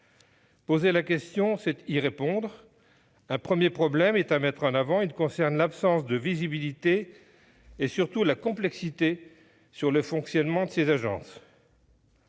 Poser la question, c'est y répondre ... Un premier problème doit être mis en avant. Il concerne l'absence de visibilité, et surtout la complexité du fonctionnement de ces agences.